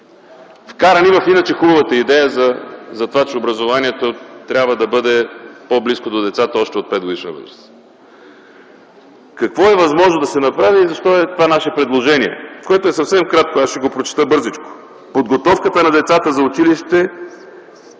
вкарани в иначе хубавата идея, че образованието трябва да бъде по-близко до децата още от 5-годишна възраст. Какво е възможно да се направи и защо е нашето предложение, което е съвсем кратко, ще го прочета бързичко: „Подготовката на децата за училище